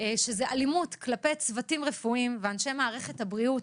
שזו אלימות כלפי צוותים רפואיים ואנשי מערכת הבריאות,